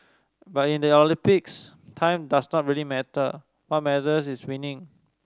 but in the Olympics time does not really matter what matters is winning